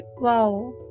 Wow